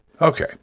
Okay